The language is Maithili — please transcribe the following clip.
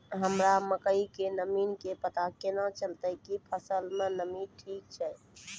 हमरा मकई के नमी के पता केना चलतै कि फसल मे नमी ठीक छै?